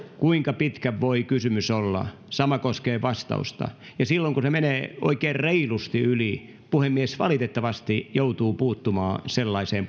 kuinka pitkä voi kysymys olla sama koskee vastausta ja silloin kun puheenvuoro menee oikein reilusti yli puhemies valitettavasti joutuu puuttumaan sellaiseen